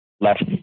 left